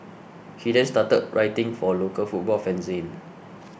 he then started writing for a local football fanzine